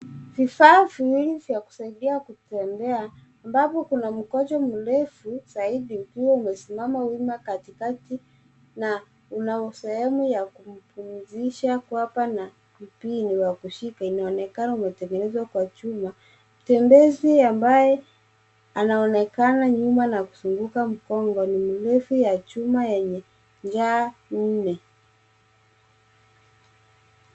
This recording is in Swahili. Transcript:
Vifaa viwili vya kusaidia kutembea ambapo kuna mkongojo mrefu zaidi ikiwa imesimama wima katikati na una sehemu ya kumpumzisha kwapa na kipini wa kushika inaonekana umetengenezwa kwa chuma. Mtembezi ambaye anaonekana nyuma na kuzunguka mgongo ni mrefu ya chuma yenye ncha nne.